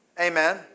Amen